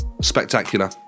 spectacular